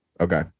Okay